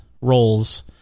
roles